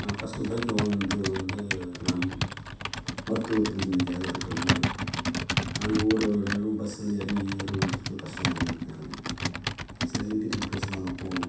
நான் first bike வாங்கினது வந்து நான் மருத்துவ பிரதிநிதியாக இருப்பதினால் நான் ஒவ்வொரு இடமும் பஸ்ஸில் இறங்கி ஏறுவதற்கு கஷ்டமாக இருக்கிறது சில இன்டீரியர் ப்ளேஸ்லாம் நான் போகணும்